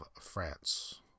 France